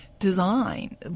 Design